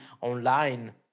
online